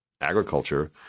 agriculture